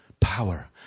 power